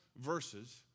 verses